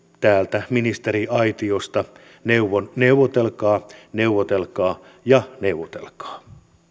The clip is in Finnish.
täältä ministeriaitiosta neuvon neuvotelkaa neuvotelkaa ja neuvotelkaa